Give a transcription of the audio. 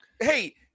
Hey